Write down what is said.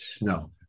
No